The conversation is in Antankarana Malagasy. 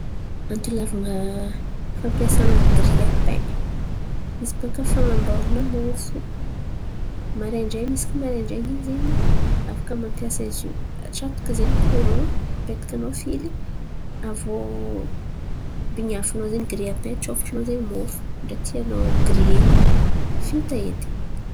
Antony hilavan̈a fampiasan̈a izy baka fan̈aboaran̈a mofo. Maraindrain̈y isaka maraindrain̈y in̈y ze afaka mampiasa zo aviô atsatoko ze koran apetakanô fily aviô bin̈iafinô ze giriapay atsofotro-nô zen̈y mofo zay tianô girien̈a vita edy.